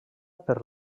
per